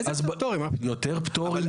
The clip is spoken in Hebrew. איזה יותר פטורים?